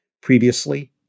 previously